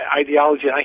ideology